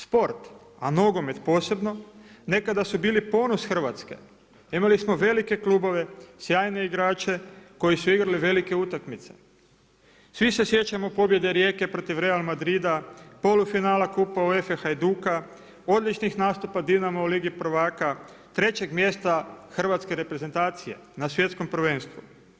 Sport, a nogomet posebno, nekada su bili ponos Hrvatske, imali smo velike klubove, sjajne igrače koji su igrali velike utakmice, svi se sjećamo pobjede Rijeke protiv Real Madrida, polufinala Kupa UEFA-e Hajduka, odlični nastupa Dinama u Ligi prvaka, trećeg mjesta Hrvatske reprezentacije na Svjetskom prvenstvu.